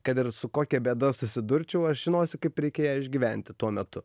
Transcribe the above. kad ir su kokia bėda susidurčiau aš žinosiu kaip reikia ją išgyventi tuo metu